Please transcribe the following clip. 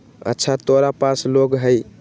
अच्छा तोरा पास लौंग हई?